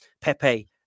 Pepe